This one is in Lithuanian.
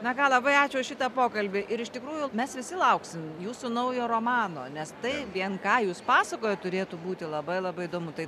na ką labai ačiū už šitą pokalbį ir iš tikrųjų mes visi lauksim jūsų naujo romano nes tai vien ką jūs pasakojot turėtų būti labai labai įdomu tai